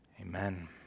Amen